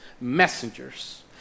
messengers